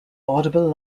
audible